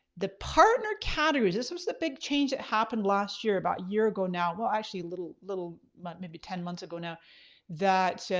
the partner categories, this was the big change that happened last year about year ago now, well actually a little maybe ten months ago now that